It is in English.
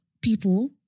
people